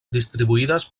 distribuïdes